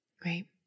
Great